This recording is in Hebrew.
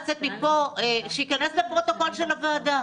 שייכנס לפרוטוקול של הוועדה.